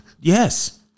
Yes